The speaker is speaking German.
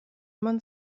man